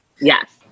Yes